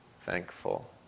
thankful